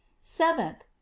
Seventh